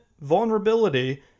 vulnerability